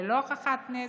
ללא הוכחת נזק,